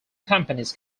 companies